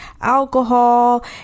alcohol